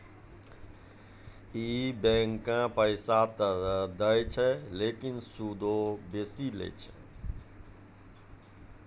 इ बैंकें पैसा त दै छै लेकिन सूदो बेसी लै छै